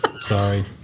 sorry